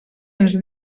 ens